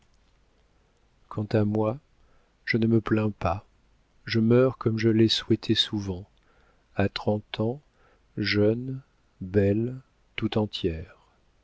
quant à moi je ne me plains pas je meurs comme je l'ai souhaité souvent à trente ans jeune belle tout entière